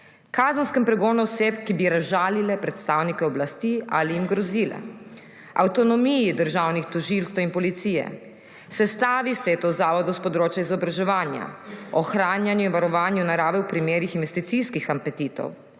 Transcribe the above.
kazenskem pregonu oseb, ki bi razžalile predstavnike oblasti ali jim grozile, avtonomiji državnih tožilstev in policije, sestavi svetov zavodov s področja izobraževanja, ohranjanju in varovanju narave v primerih investicijskih apetitov,